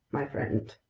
my friend.